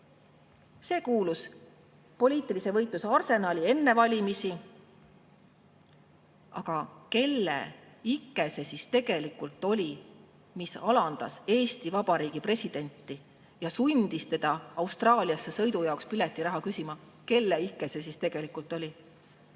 See kuulus poliitilise võitluse arsenali enne valimisi. Aga kelle ike see siis tegelikult oli, mis alandas Eesti Vabariigi presidenti ja sundis teda Austraaliasse sõidu jaoks piletiraha küsima? Kelle ike see siis tegelikult oli?